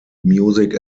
music